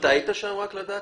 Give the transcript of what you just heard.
אתה היית שם, יחיאל?